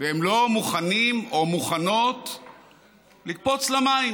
והם לא מוכנים או מוכנות לקפוץ למים.